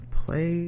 play